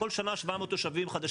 כל שנה 700 תושבים חדשים נוספים.